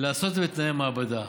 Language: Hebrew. לעשות את זה בתנאי מעבדה.